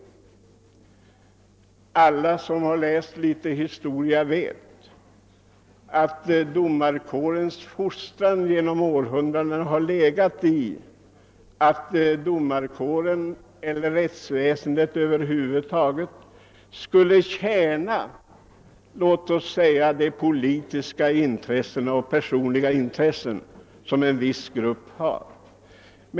Men alla som läst litet historia vet att domarkårens fostran genom århundraden har syftat till att domarkåren och rättsväsendet över huvud taget skulle tjäna de politiska intressena och personliga intressen som en viss grupp har.